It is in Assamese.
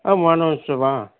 অঁ